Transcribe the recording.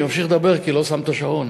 אני ממשיך לדבר כי לא שמת שעון.